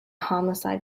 homicide